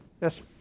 Yes